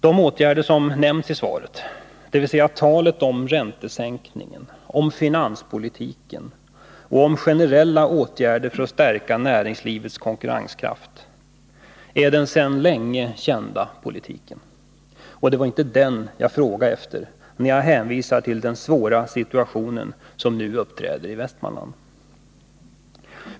De åtgärder som nämns i svaret, dvs. talet om räntesänkningen, finanspolitiken och generella åtgärder för att stärka näringslivets konkur renskraft, är den sedan länge kända politiken, och det var inte den jag frågade efter när jag hänvisade till den svåra situationen i Västmanland.